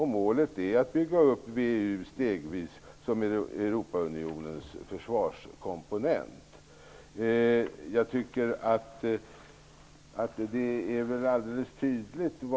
Målet är att bygga upp VEU stegvis som Europaunionens försvarskomponent. Jag tycker att syftet är mycket tydligt.